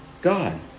God